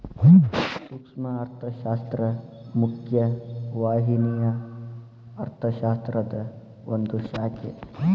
ಸೂಕ್ಷ್ಮ ಅರ್ಥಶಾಸ್ತ್ರ ಮುಖ್ಯ ವಾಹಿನಿಯ ಅರ್ಥಶಾಸ್ತ್ರದ ಒಂದ್ ಶಾಖೆ